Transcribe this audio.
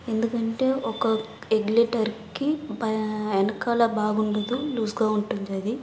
ఎందుకంటే ఒక ఎగ్లెటర్కి బాగా వెనకాల బాగుండదు లూజ్గా ఉంటుంది అది